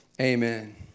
Amen